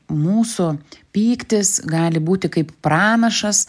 mūsų pyktis gali būti kaip pranašas